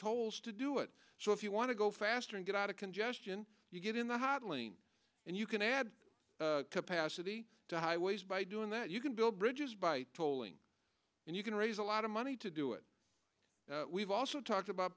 tolls to do it so if you want to go faster and get out of congestion you get in the hart lane and you can add capacity to highways by doing that you can build bridges by tolling and you can raise a lot of money to do it we've also talked about